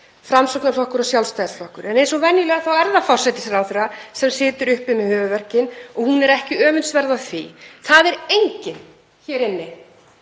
Framsóknarflokkur og Sjálfstæðisflokkur, en eins og venjulega er það forsætisráðherra sem situr uppi með höfuðverkinn og hún er ekki öfundsverð af því. Það er enginn hér inni,